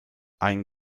ein